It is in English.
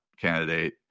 candidate